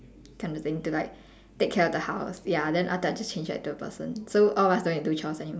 kind of thing to like take care of the house ya then after that I'll just change back to a person so all of us don't need to do chores anymore